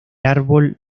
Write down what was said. árbol